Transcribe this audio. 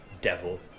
devil